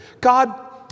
God